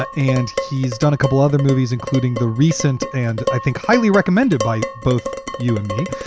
ah and he's done a couple other movies, including the recent and i think highly recommended by both you and me,